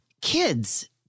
kids